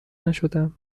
نشدم